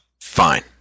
fine